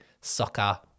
soccer